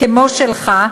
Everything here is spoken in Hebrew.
כמו שלך,